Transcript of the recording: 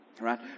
Right